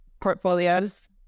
portfolios